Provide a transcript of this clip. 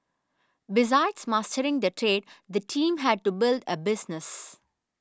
besides mastering the trade the team had to build a business